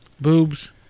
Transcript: boobs